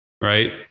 Right